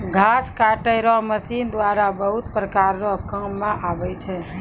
घास काटै रो मशीन द्वारा बहुत प्रकार रो काम मे आबै छै